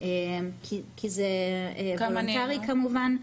כי זה וולונטרי כמובן.